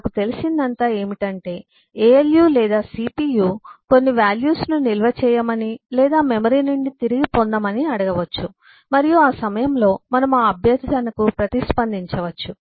నాకు తెలిసినదంతా ఏమిటంటే ALU లేదా CPU కొన్ని వాల్యూస్ ను నిల్వ చేయమని లేదా మెమరీ నుండి తిరిగి పొందమని అడగవచ్చు మరియు ఆ సమయంలో మనము ఆ అభ్యర్థనకు ప్రతిస్పందించవచ్చు